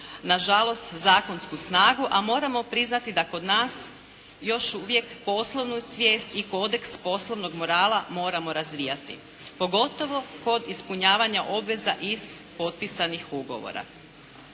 nažalost zakonsku snagu, a moramo priznati da kod nas još uvijek poslovnu svijest i kodeks poslovnog morala moramo razvijati, pogotovo pod ispunjavanja obveza iz potpisanih ugovora.